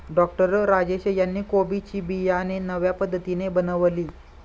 doctor Rajesh यांनी कोबी ची बियाणे नव्या पद्धतीने बनवली